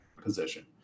position